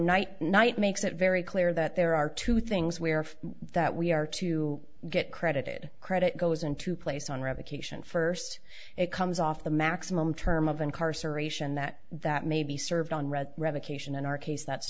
night night makes it very clear that there are two things where for that we are to get credited credit goes into place on revocation first it comes off the maximum term of incarceration that that may be served on red revocation in our case that's